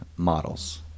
Models